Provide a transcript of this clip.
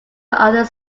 other